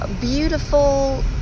beautiful